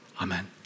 Amen